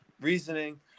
Reasoning